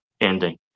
ending